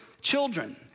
Children